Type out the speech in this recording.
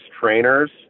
trainers